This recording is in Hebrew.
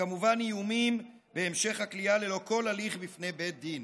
וכמובן איומים בהמשך הכליאה ללא כל הליך בפני בית דין.